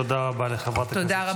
תודה רבה, אדוני.